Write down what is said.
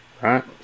right